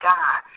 God